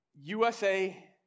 USA